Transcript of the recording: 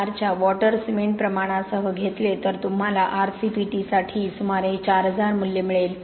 4 च्या water cement प्रमाणासह घेतले तर तुम्हाला RCPT साठी सुमारे 4000 मूल्य मिळेल